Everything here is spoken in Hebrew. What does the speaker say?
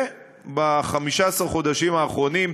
וב-15 החודשים האחרונים,